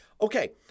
Okay